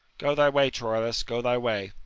go thy way, troilus, go thy way.